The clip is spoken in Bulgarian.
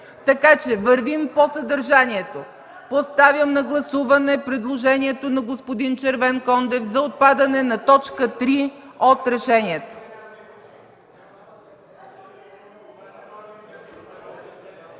така че вървим по съдържанието. Поставям на гласуване предложението на господин Червенкондев за отпадане на т. 3 от решението.